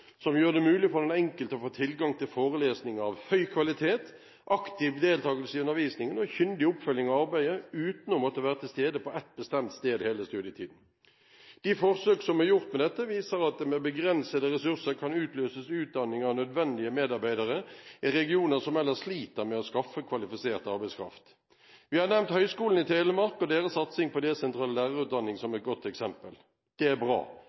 som gjør det mulig for den enkelte å få tilgang til forelesninger av høy kvalitet, delta aktivt i undervisningen og få kyndig oppfølging i arbeidet, uten å måtte være til stede på ett bestemt sted hele studietiden. De forsøk som er gjort med dette, viser at det med begrensede ressurser kan utløses utdanning av nødvendige medarbeidere i regioner som ellers sliter med å skaffe kvalifisert arbeidskraft. Vi har nevnt Høgskolen i Telemark og deres satsing på desentral lærerutdanning som et godt eksempel. Det er bra.